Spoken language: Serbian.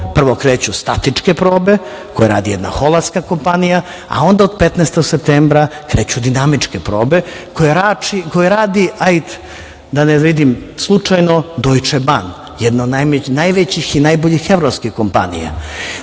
Prvo kreću statičke probe koje radi jedna holandska kompanija, a onda od 15. septembra kreću dinamičke probe koje radi „Deutsche Bahn“, jedna od najvećih i najboljih evropskih kompanija. Do